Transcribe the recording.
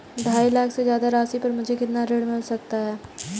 ढाई लाख से ज्यादा राशि पर मुझे कितना ऋण मिल सकता है?